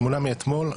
תמונה מאתמול,